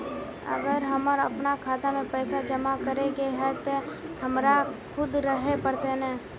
अगर हमर अपना खाता में पैसा जमा करे के है ते हमरा खुद रहे पड़ते ने?